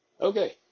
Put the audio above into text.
Okay